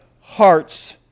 heart's